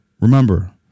Remember